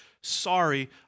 sorry